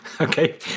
Okay